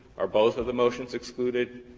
are both of the motions excluded?